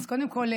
אז קודם כול,